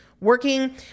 working